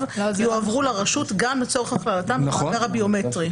יועברו לרשות גם לצורך הכללתן במאגר הביומטרי.